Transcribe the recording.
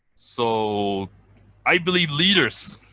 so i believe leaders